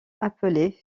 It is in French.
appelés